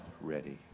ready